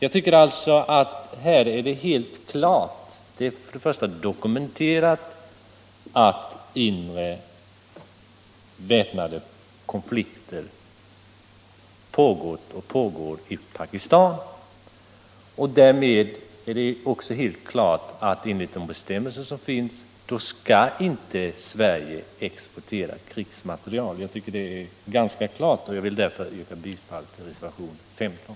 Det är alltså dokumenterat att en inre, väpnad konflikt pågått och pågår i Pakistan. Därmed är det också helt klart att Sverige enligt de bestämmelser som finns inte skall exportera krigsmateriel dit. Jag yrkar bifall till reservation 15.